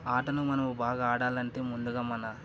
ఆటను మనం బాగా ఆడాలంటే ముందుగా మన